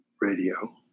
radio